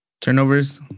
Turnovers